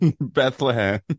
Bethlehem